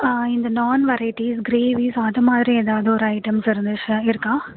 இந்த naan variety gravy அதுமாதிரி எதாவது ஒரு ஐட்டம்ஸ் இருந்துச்சு இருக்கா